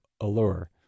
allure